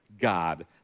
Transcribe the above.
God